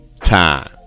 time